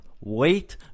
wait